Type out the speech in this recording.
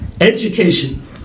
education